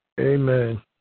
Amen